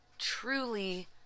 truly